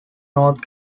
north